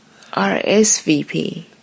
RSVP